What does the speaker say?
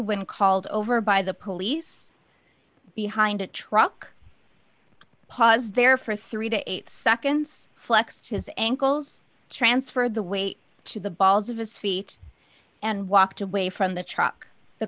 when called over by the police behind a truck pause there for three to eight seconds flexed his ankles transferred the weight to the balls of his feet and walked away from the truck the